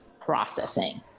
processing